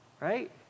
right